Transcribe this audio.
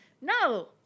No